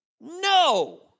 No